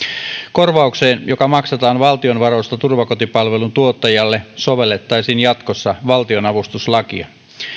korvaukseen joka maksetaan valtion varoista turvakotipalvelun tuottajalle sovellettaisiin jatkossa valtionavustuslakia